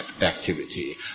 activity